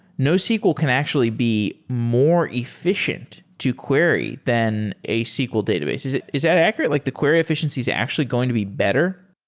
nosql can actually be more effi cient to query than a sql database. is that is that accurate? like the query effi ciency is actually going to be better?